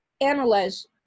analyze